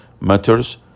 matters